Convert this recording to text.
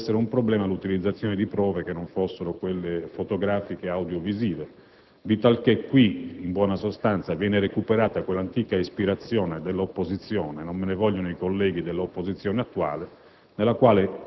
ma che poteva esserlo l'utilizzazione di prove diverse da quelle fotografiche e audiovisive. Qui, in buona sostanza, viene recuperata quell'antica ispirazione dell'opposizione, non me ne vogliano i colleghi dell'opposizione attuale,